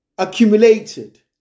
Accumulated